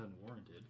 unwarranted